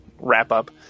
wrap-up